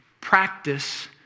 practice